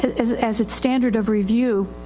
as as its standard of review,